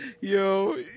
yo